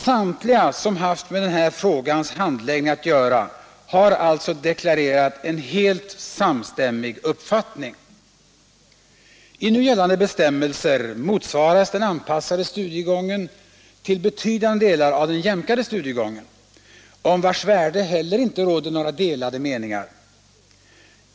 Samtliga som haft med den här frågans handläggning att göra har alltså deklarerat en helt samstämmig uppfattning. inte råder några delade meningar.